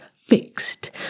fixed